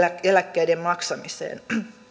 eläkkeiden maksamiseen